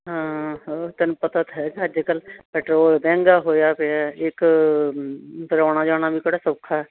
ਹਾਂ ਹੋਰ ਤੈਨੂੰ ਪਤਾ ਤਾਂ ਹੈਗਾ ਅੱਜ ਕਲ੍ਹ ਪੈਟਰੋਲ ਮਹਿੰਗਾ ਹੋਇਆ ਪਿਆ ਇੱਕ ਫਿਰ ਆਉਣਾ ਜਾਣਾ ਵੀ ਕਿਹੜਾ ਸੌਖਾ